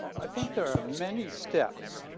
i think there are many steps.